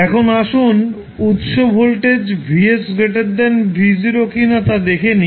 এখন আসুন উত্স ভোল্টেজ VS V0 কিনা তা দেখে নিই